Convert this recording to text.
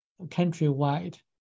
countrywide